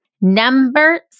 Number